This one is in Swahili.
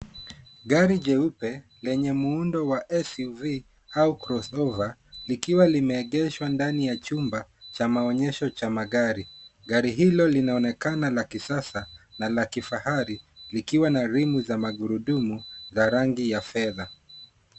Gari jeupe lenye muundo wa SUV au cross over, likiwa limeegeshwa ndani ya chumba cha maegesho ya magari. Gari hilo linaonekana la kisasa na la kifahari, likiwa na rimu ya magurudumu ya rangi ya fedha.